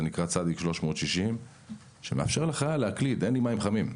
זה נקרא "צ 360". זה מאפשר לחייל להקליד: אין לי מים חמים.